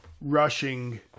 rushing